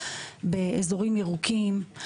באזורים ירוקים,